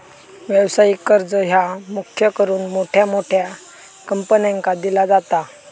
व्यवसायिक कर्ज ह्या मुख्य करून मोठ्या मोठ्या कंपन्यांका दिला जाता